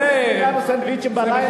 הסנדוויצ'ים.